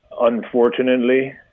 Unfortunately